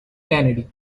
kennedy